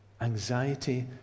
anxiety